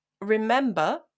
remember